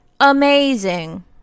Amazing